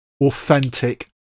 authentic